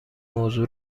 موضوع